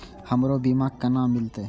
हमरो बीमा केना मिलते?